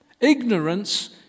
Ignorance